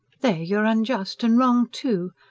there you're unjust. and wrong, too.